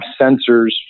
sensors